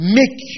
make